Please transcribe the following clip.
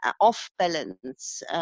off-balance